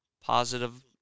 positive